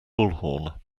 bullhorn